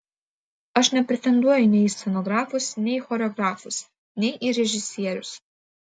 aš nepretenduoju nei į scenografus nei į choreografus nei į režisierius